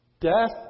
death